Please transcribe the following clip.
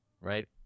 right